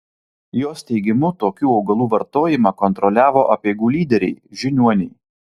jos teigimu tokių augalų vartojimą kontroliavo apeigų lyderiai žiniuoniai